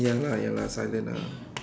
ya lah ya lah silent ah